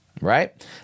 Right